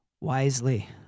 wisely